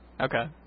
Okay